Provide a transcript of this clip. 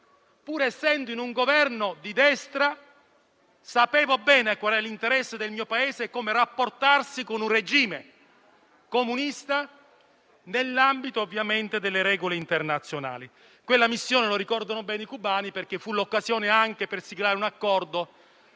pur essendo in un Governo di destra, sapevo bene qual era l'interesse del mio Paese e come era opportuno rapportarsi con un regime comunista, ovviamente nell'ambito delle regole internazionali. Quella missione la ricordano bene i cubani, perché fu anche l'occasione per siglare un accordo